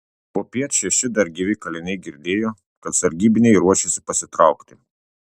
popiet šeši dar gyvi kaliniai girdėjo kad sargybiniai ruošiasi pasitraukti